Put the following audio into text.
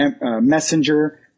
messenger